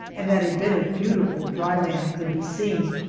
and that a bit of beautiful dry land could be seen.